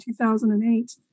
2008